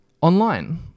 online